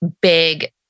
big